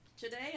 Today